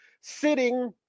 sitting